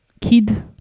Kid